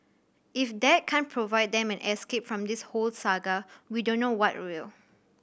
if that can't provide them an escape from this whole saga we don't know what will